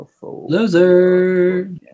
Loser